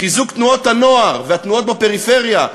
חיזוק תנועות הנוער והתנועות בפריפריה,